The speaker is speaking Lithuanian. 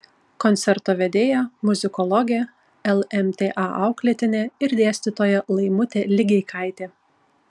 koncerto vedėja muzikologė lmta auklėtinė ir dėstytoja laimutė ligeikaitė